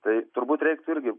tai turbūt reiktų irgi